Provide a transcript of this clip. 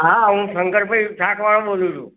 હા હું શંકરભાઈ શાકવાળા બોલું છું